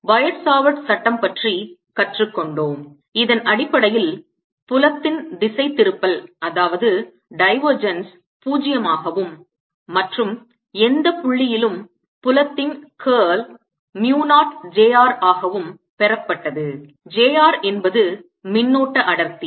பயோட் Savart சட்டம் பற்றி கற்றுக்கொண்டோம் இதன் அடிப்படையில் புலத்தின் திசைதிருப்பல் 0 ஆகவும் மற்றும் எந்த புள்ளியிலும் புலத்தின் curl mu 0 j r ஆகவும் பெறப்பட்டது j r என்பது மின்னோட்ட அடர்த்தி